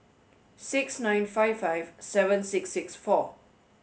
six nine five five seven six six four